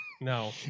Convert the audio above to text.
No